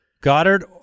Goddard